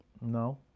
No